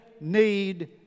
need